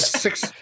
six